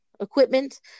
equipment